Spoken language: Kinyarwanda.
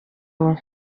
ubu